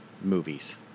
movies